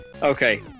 Okay